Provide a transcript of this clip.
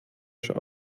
wäsche